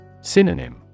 Synonym